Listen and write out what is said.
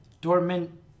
dormant